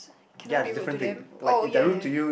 can I be rude to them oh ya ya